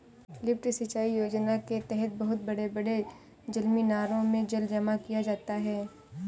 lift सिंचाई योजना के तहद बहुत बड़े बड़े जलमीनारों में जल जमा किया जाता है